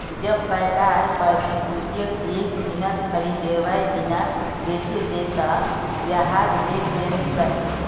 जब पैकार प्रतिभूतियक एक दिनत खरीदे वेय दिना बेचे दे त यहाक डे ट्रेडिंग कह छे